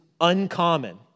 uncommon